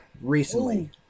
recently